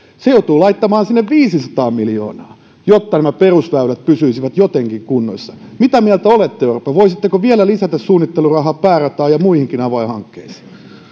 joutuu laittamaan sinne viisisataa miljoonaa jotta nämä perusväylät pysyisivät jotenkin kunnossa mitä mieltä olette orpo voisitteko vielä lisätä suunnittelurahaa päärataan ja muihinkin avainhankkeisiin